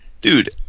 dude